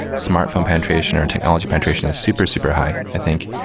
smartphone penetration or technology penetration is super, super high i think.